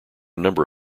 number